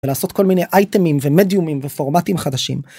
לעשות כל מיני אייטמים ומדיומים ופורמטים חדשים.